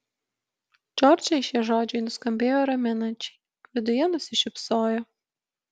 džordžai šie žodžiai nuskambėjo raminančiai viduje nusišypsojo